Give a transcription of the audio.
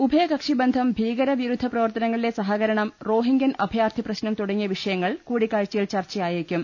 ഉഭയകക്ഷിബന്ധം ഭീകരവിരുദ്ധ പ്രവർത്തനങ്ങളിലെ സഹകരണം റോഹിങ്ക്യൻ അഭയാർത്ഥി പ്രശ്നം തുടങ്ങിയ വിഷയങ്ങൾ കൂടി ക്കാഴ്ചയിൽ ചർച്ചയായേക്കും